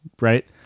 right